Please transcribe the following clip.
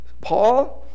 Paul